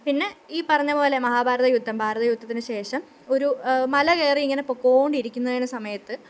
പിന്നെ ഈ പറഞ്ഞത് പോലെ മഹാഭാരത യുദ്ധം മഹാഭാരത യുദ്ധത്തിന് ശേഷം ഒരു മല കയറി ഇങ്ങനെ പൊക്കോണ്ടിരിക്കുന്ന സമയത്ത്